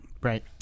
Right